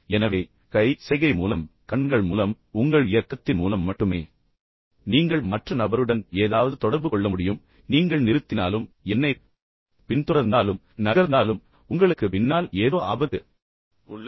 எனவே கை சைகை மூலம் கண்கள் மூலம் உங்கள் இயக்கத்தின் மூலம் மட்டுமே நீங்கள் மற்ற நபருக்கு ஏதாவது தொடர்பு கொள்ள முடியும் நீங்கள் நிறுத்தினாலும் நீங்கள் என்னைப் பின்தொடர்ந்தாலும் நீங்கள் நகர்ந்தாலும் உங்களுக்கு பின்னால் ஏதோ ஆபத்து உள்ளது